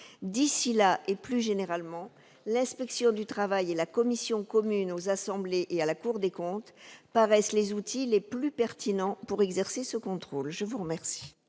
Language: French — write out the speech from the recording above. D'ici là, et plus généralement, l'inspection du travail et la commission commune aux assemblées et à la Cour des comptes nous apparaissent comme les outils les plus pertinents pour exercer ce contrôle. L'amendement